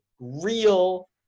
real